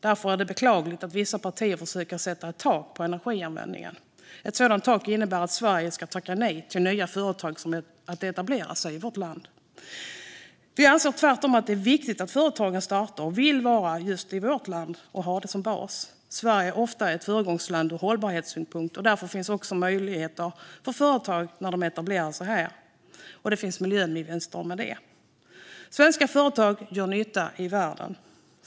Därför är det beklagligt att vissa partier försöker sätta ett tak på energianvändningen. Ett sådant tak skulle innebära att Sverige får tacka nej till nya företag som vill etablera sig i vårt land. Vi anser tvärtom att det är viktigt att företag startar här och vill ha just vårt land som bas. Sverige är ofta ett föregångsland ur hållbarhetssynpunkt, och därför finns också sådana möjligheter för företag när de etablerar sig här. Det finns miljövinster med det. Svenska företag gör nytta i världen.